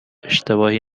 اشتباهی